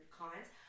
comments